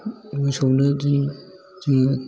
मोसौनो जोङो